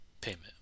payment